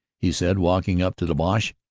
he said walking up to the boche.